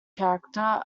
character